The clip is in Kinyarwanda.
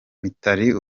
mitali